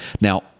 Now